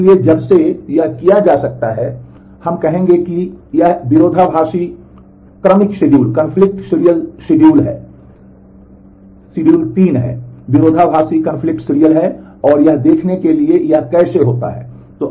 इसलिए जब से यह किया जा सकता है हम कहेंगे कि यह विरोधाभासी है और यह देखने के लिए कि यह कैसे होता है